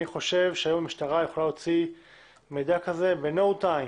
אני חשוב שהיום המשטרה יכולה להוציא מידע כזה בזמן קצר.